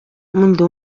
منذ